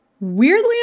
weirdly